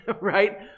right